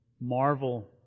Marvel